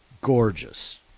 gorgeous